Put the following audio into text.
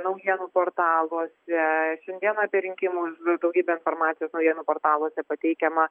naujienų portaluose šiandien apie rinkimus daugybę informacijos naujienų portaluose pateikiama